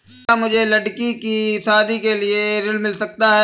क्या मुझे लडकी की शादी के लिए ऋण मिल सकता है?